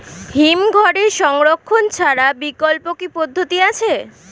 হিমঘরে সংরক্ষণ ছাড়া বিকল্প কি পদ্ধতি আছে?